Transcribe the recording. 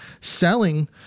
selling